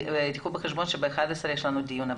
קחו בחשבון שב-11:00 יש לנו הדיון הבא.